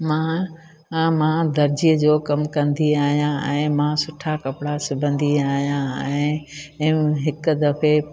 मां हा मां दर्जीअ जो कमु कंदी आहियां ऐं मां सुठा कपिड़ा सिबंदी आहियां ऐं हि हिकु दफ़े